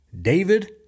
David